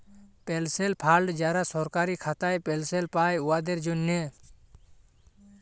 পেলশল fund যারা সরকারি খাতায় পেলশল পায়, উয়াদের জ্যনহে